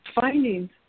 findings